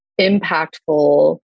impactful